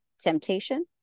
temptation